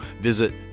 visit